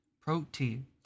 protein